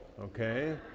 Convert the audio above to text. okay